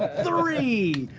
three!